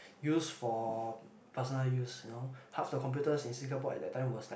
used for personal use you know half the computers in Singapore at that time was like